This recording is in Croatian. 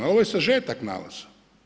Ali ovo je sažetak nalaza.